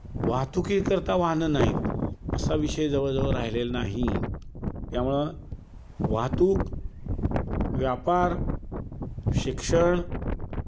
वाहतूकीकरता वाहनं नाही आहेत असा विषय जवळजवळ राहिलेला नाही त्यामुळं वाहतूक व्यापार शिक्षण